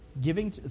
giving